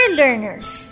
learners